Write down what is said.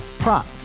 Prop